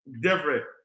Different